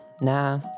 nah